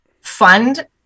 fund